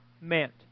meant